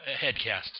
HeadCast